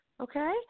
okay